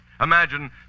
Imagine